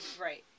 Right